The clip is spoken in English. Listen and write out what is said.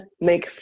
make